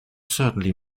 certainly